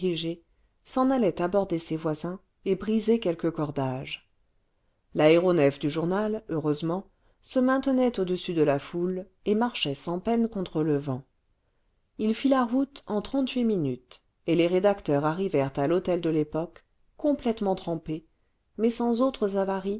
s'en allait aborder ses voisins et briser quelques cordages l'aéronef du journal heureusement se maintenait au-dessus de la foule et marchait sans peine contre le vent il fit la route en trente-huit miuutes et les rédacteurs arrivèrent à l'hôtel de y epoque complètement trempés mais sans autres avaries